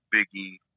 Biggie